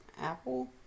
Apple